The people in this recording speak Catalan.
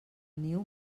niu